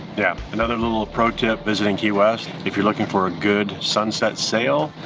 yeah, another little pro tip is ah in key west, if you're looking for a good sunset sail,